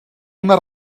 una